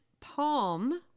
palm